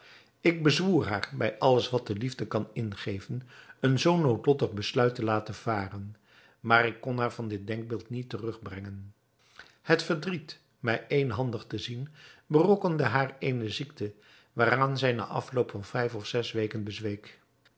ik bezwoer haar bij alles wat de liefde kan ingeven een zoo noodlottig besluit te laten varen maar ik kon haar van dit denkbeeld niet terugbrengen het verdriet mij éénhandig te zien berokkende haar eene ziekte waaraan zij na verloop van vijf of zes weken bezweek